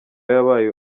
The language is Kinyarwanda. yabaye